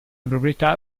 proprietà